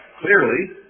clearly